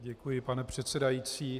Děkuji, pane předsedající.